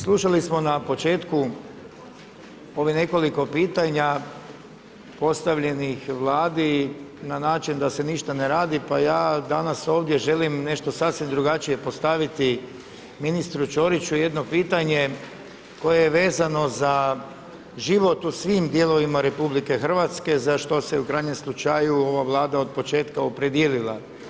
Slušali smo na početku, ovih nekoliko pitanja postavljenih Vladi na način da se ništa ne radi, pa ja danas ovdje želim nešto sasvim drugačije postaviti ministru Ćoriću jedno pitanje, koje je vezano za život u svim dijelovima RH za što se u krajnjem slučaju ova Vlada od početka opredijelila.